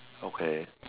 okay